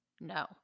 No